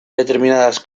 determinadas